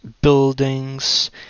buildings